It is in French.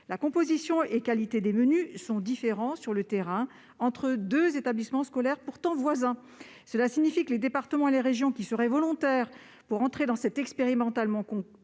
la composition et la qualité des menus peuvent différer, sur le terrain, entre deux établissements scolaires pourtant voisins. Cela signifie que les départements et les régions qui seraient volontaires pour participer à cette expérimentation